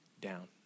down